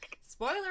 Spoiler